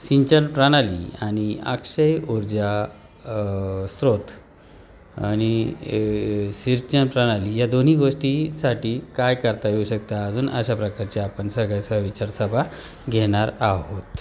सिंचन प्रणाली आणि अक्षय ऊर्जा स्रोत आणि सिंचन प्राणाली या दोन्ही गोष्टीसाठी काय करता येऊ शकतं अजून अशा प्रकारचे आपण सगळ्याचा विचारसभा घेणार आहोत